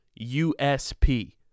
USP